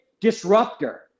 disruptor